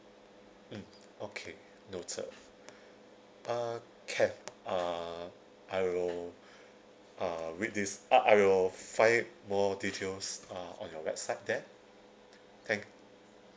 okay noted uh can uh I will uh read this uh I will find more details uh on your website then thank